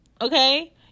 okay